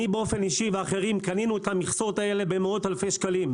אני באופן אישי ואחרים קנינו את המכסות האלה במאות אלפי שקלים,